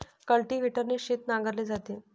कल्टिव्हेटरने शेत नांगरले जाते